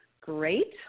great